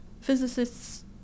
physicists